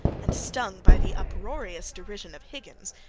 and stung by the uproarious derision of higgins,